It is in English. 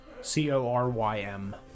C-O-R-Y-M